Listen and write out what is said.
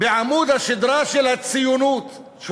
בעמוד השדרה של הציונות.